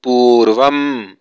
पूर्वम्